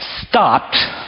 stopped